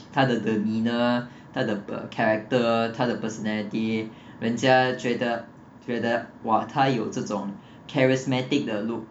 他的 demeanour 他的 uh character 他的 personality 人家觉得觉得 !wah! 他有这种 charismatic 的 look